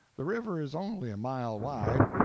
the river is only a mile wide.